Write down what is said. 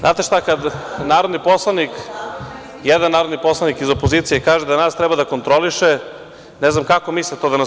Znate šta, kada jedan narodni poslanik iz opozicije kaže da nas treba da kontroliše, ne znam kako misli to da nas